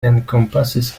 encompasses